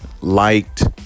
liked